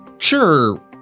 Sure